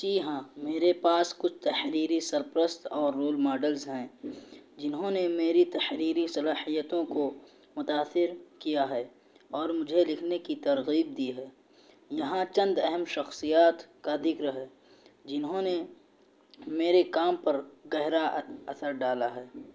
جی ہاں میرے پاس کچھ تحریری سرپرست اور رول ماڈلز ہیں جنہوں نے میری تحریری صلاحیتوں کو متأثر کیا ہے اور مجھے لکھنے کی ترغیب دی ہے یہاں چند اہم شخصیات کا ذکر ہے جنہوں نے میرے کام پر گہرا اثر ڈالا ہے